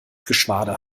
geschwader